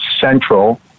central